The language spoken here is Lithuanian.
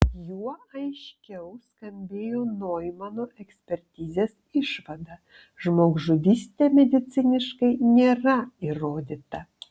juo aiškiau skambėjo noimano ekspertizės išvada žmogžudystė mediciniškai nėra įrodyta